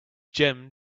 gym